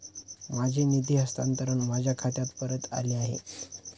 माझे निधी हस्तांतरण माझ्या खात्यात परत आले आहे